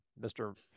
Mr